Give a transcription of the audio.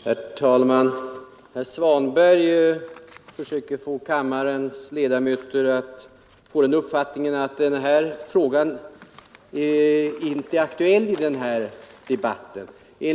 Herr talman! Herr Svanberg försöker ge kammarens ledamöter den uppfattningen att frågan om Allmänna förlagets monopol inte är aktuell i den här debatten.